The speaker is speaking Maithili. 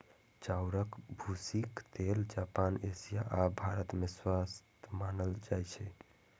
चाउरक भूसीक तेल जापान, एशिया आ भारत मे स्वस्थ मानल जाइ छै